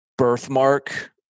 birthmark